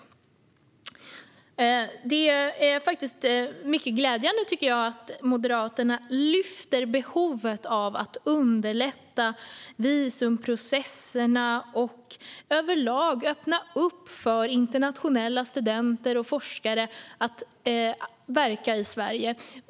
En nationell strategi för ESS och den omgiv-ande kunskapsmiljön Det är mycket glädjande att Moderaterna lyfter fram behovet av att underlätta visumprocesserna och överlag vill öppna upp för att internationella studenter och forskare ska kunna verka i Sverige.